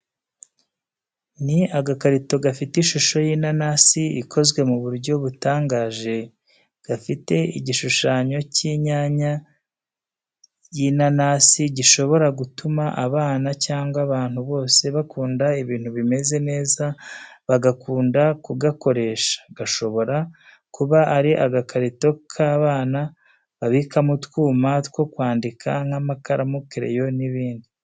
Ni agakarito gafite ishusho y’inanasi ikozwe mu buryo butangaje gifite igishushanyo cy’inyanya y’inanasi gishobora gutuma abana cyangwa abantu bose bakunda ibintu bimeze neza bagakunda kugakoresha. Gashobora kuba ari agakarito k’abana babikamo utwuma two kwandika nk’amakaramu, crayons, n’ibindi.